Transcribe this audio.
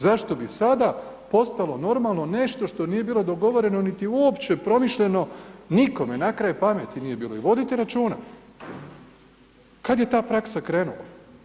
Zašto bi sada postalo normalno nešto što nije bilo dogovoreno niti uopće promišljeno nikome na kraju pameti nije bilo i vodite računa kad je ta praksa krenula?